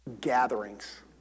gatherings